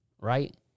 right